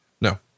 No